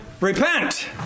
repent